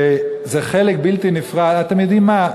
וזה חלק בלתי נפרד, אתם יודעים מה?